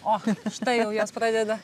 o štai jau jos pradeda